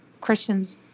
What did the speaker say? Christians